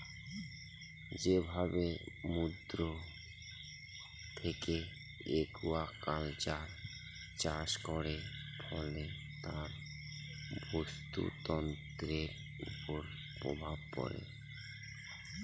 যেভাবে সমুদ্র থেকে একুয়াকালচার চাষ করে, ফলে তার বাস্তুতন্ত্রের উপর প্রভাব পড়ে